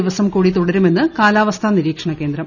ദിവസം കൂടി തുടരുമെന്ന് കാലാവസ്ഥാ നിരീക്ഷണ കേന്ദ്രം